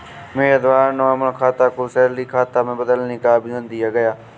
मेरे द्वारा नॉर्मल खाता को सैलरी खाता में बदलने का आवेदन दिया गया